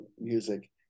music